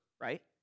right